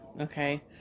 Okay